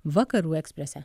vakarų eksprese